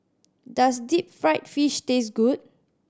does deep fried fish taste good